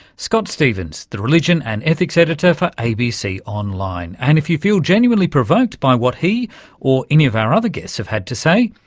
scott stephens, the religion and ethics editor for abc online. and if you feel genuinely provoked by what he or any of our other guests have had to say,